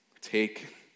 take